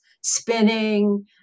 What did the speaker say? spinning